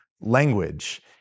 language